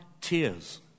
tears